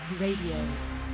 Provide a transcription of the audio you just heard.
Radio